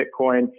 Bitcoin